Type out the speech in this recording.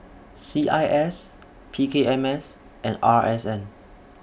C I S P K M S and R S N